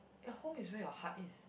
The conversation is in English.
your home is where your heart is